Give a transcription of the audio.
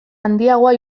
handiagoa